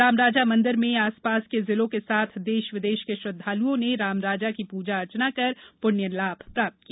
रामराजा मंदिर में आसपास के जिलों के साथ देश विदेश के श्रद्धालुओं ने भगवान रामराजा की पूजा अर्चना कर पूण्य लाभ प्राप्त किया